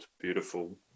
beautiful